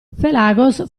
felagos